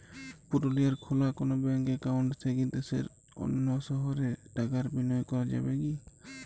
পুরুলিয়ায় খোলা কোনো ব্যাঙ্ক অ্যাকাউন্ট থেকে দেশের অন্য শহরে টাকার বিনিময় করা যাবে কি?